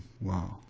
Wow